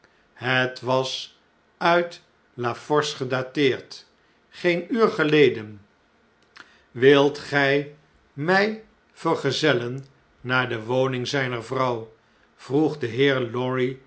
het was uit la force gedateerd geen uur geleden wilt ge mn vergezellen naar de woning zn'ner vrouw vroeg de heer lorry